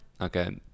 Okay